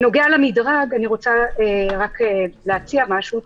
בנוגע למדרג אני רוצה רק להציע משהו.